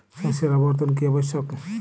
শস্যের আবর্তন কী আবশ্যক?